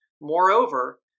Moreover